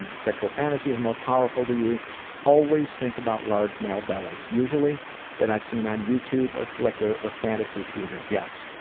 and sexual fantasies most powerful to you always think about large male bellies, usually that i've seen on youtube or flickr or fantasy feeder. yes,